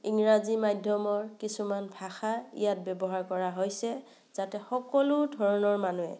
ইংৰাজী মাধ্যমৰ কিছুমান ভাষা ইয়াত ব্যৱহাৰ কৰা হৈছে যাতে সকলো ধৰণৰ মানুহে